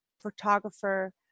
photographer